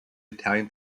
italian